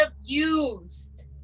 abused